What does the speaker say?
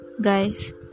guys